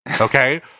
okay